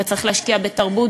וצריך להשקיע בתרבות,